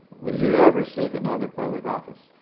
will you ever seek another public office?